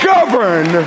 Govern